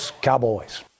cowboys